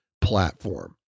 platform